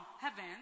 heaven